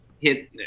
hit